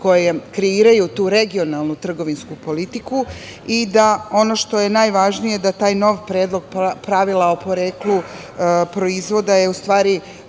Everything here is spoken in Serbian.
koje kreiraju tu regionalnu trgovinsku politiku.I, ono što je najvažnije, to je da je taj novi predlog pravila o poreklu proizvoda u stvari